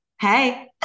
hey